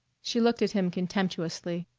she looked at him contemptuously,